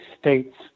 states